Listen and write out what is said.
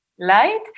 Light